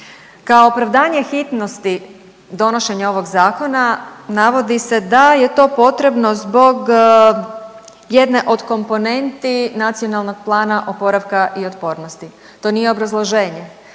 Kao opravdanje hitnosti donošenja ovog zakona navodi se da je to potrebno zbog jedne od komponenti NPOO-a, to nije obrazloženje.